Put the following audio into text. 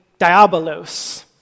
diabolos